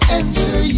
answer